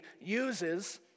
uses